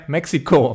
Mexico